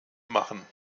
machen